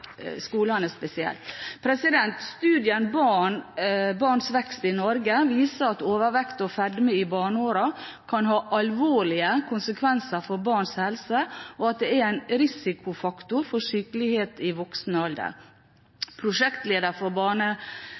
Norge viser at overvekt og fedme i barneårene kan ha alvorlige konsekvenser for barns helse, og at det er en risikofaktor for sykelighet i voksen alder. Prosjektleder for